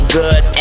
good